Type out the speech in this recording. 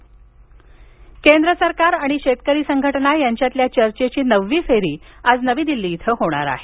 शेतकरी चर्चा केंद्र सरकार आणि शेतकरी संघटना यांच्यातल्या चर्चेची नववी फेरी आज नवी दिल्ली इथं होणार आहे